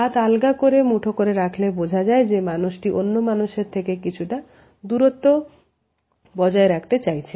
হাত আলগা করে মুঠো করে রাখলে বোঝা যায় যে মানুষটি অন্য মানুষের থেকে কিছুটা দূরত্ব বজায় রাখতে চাইছে